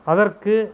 அதற்கு